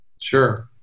Sure